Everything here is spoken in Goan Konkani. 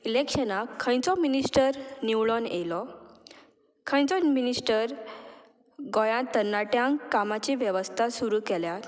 इलेक्शनाक खंयचो मिनिस्टर निवळोन येयलो खंयचोच मिनिस्टर गोंयांत तरणाट्यांक कामाची वेवस्था सुरू केल्यात